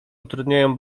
utrudniają